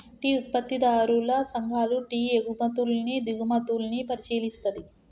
tea ఉత్పత్తిదారుల సంఘాలు tea ఎగుమతుల్ని దిగుమతుల్ని పరిశీలిస్తది